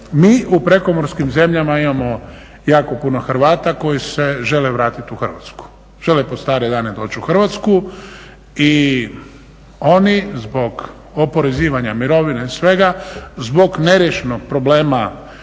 Mi u prekomorskim zemljama imamo jako puno Hrvata koji se žele vratiti u Hrvatsku, žele pod stare dane doći u Hrvatsku i oni zbog oporezivanja mirovine, svega, zbog neriješenog problema